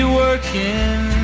working